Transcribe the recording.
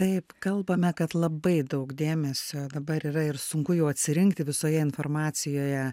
taip kalbame kad labai daug dėmesio dabar yra ir sunku jau atsirinkti visoje informacijoje